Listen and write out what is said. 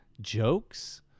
jokes